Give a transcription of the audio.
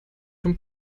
vom